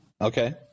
Okay